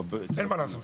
אין מה לעשות.